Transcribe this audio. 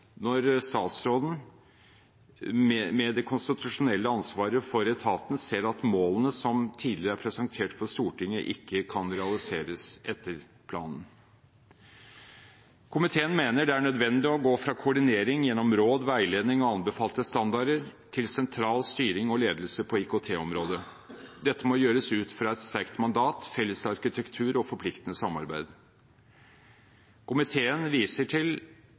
når statsråden med det konstitusjonelle ansvaret for etaten ser at målene som tidligere er presentert for Stortinget, ikke kan realiseres etter planen. Komiteen mener det er nødvendig å gå fra koordinering gjennom råd, veiledning og anbefalte standarder, til sentral styring og ledelse på IKT-området. Dette må gjøres ut fra et sterkt mandat, felles arkitektur og forpliktende samarbeid. Komiteen viser til